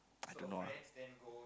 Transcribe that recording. I don't know ah